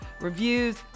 Reviews